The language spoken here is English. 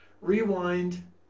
Rewind